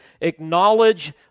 acknowledge